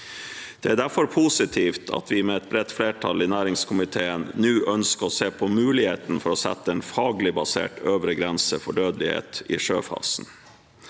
Det er derfor positivt at vi, med et bredt flertall i næringskomiteen, nå ønsker å se på muligheten for å sette en faglig basert øvre grense for dødelighet i sjøfasen.